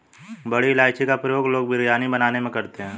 बड़ी इलायची का प्रयोग लोग बिरयानी बनाने में करते हैं